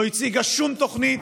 לא הציגה שום תוכנית,